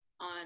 on